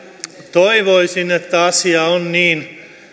toivoisin että asia on niin